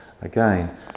Again